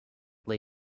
lay